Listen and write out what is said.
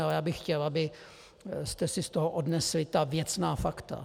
Ale já bych chtěl, abyste si z toho odnesli ta věcná fakta.